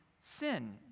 sin